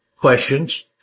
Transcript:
questions